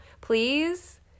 please